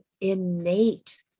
innate